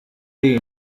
tea